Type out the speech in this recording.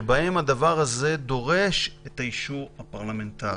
שבהן הדבר הזה דורש את האישור הפרלמנטרי.